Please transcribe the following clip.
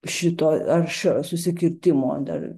šito aršio susikirtimo dar